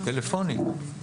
טלפונית.